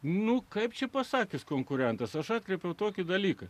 nu kaip čia pasakius konkurentas aš atkreipiau tokį dalyką